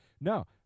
No